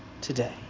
today